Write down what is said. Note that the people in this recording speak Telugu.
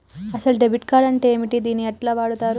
అసలు డెబిట్ కార్డ్ అంటే ఏంటిది? దీన్ని ఎట్ల వాడుతరు?